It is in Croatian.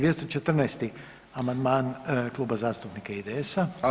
214. amandman, Kluba zastupnika IDS-a.